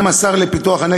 אומנם השר לפיתוח הפריפריה,